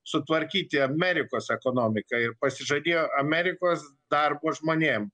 sutvarkyti amerikos ekonomiką ir pasižadėjo amerikos darbo žmonėm